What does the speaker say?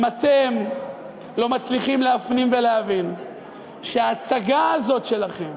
אם אתם לא מצליחים להפנים ולהבין שההצגה הזאת שלכם